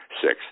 six